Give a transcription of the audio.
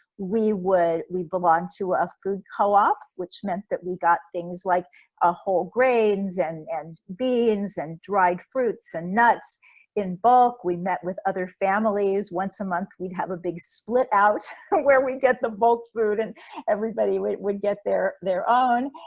we belong to a food co-op, which meant that we got things like ah whole grains and and beans and dried fruits and nuts in bulk, we met with other families once a month, we'd have a big split out where we get the bulk food and everybody would would get their their own.